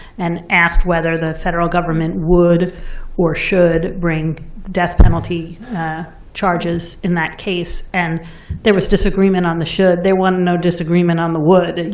and asked whether the federal government would or should bring death penalty charges in that case. and there was disagreement on the should. there was no disagreement on the would.